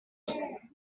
their